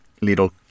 little